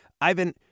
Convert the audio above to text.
Ivan